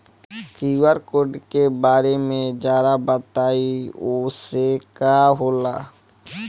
QR code के बारे में जरा बताई वो से का काम होला?